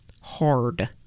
Hard